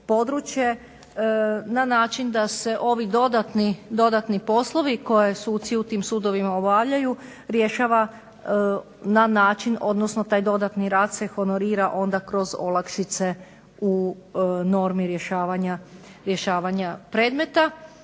na način da se ovi dodatni poslovi koje suci u tim sudovima obavljaju, rješava na način odnosno taj dodatni rad se honorira onda kroz olakšice u normi rješavanja predmeta.